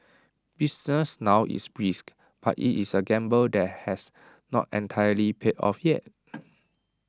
business now is brisk but IT is A gamble that has not entirely paid off yet